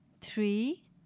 three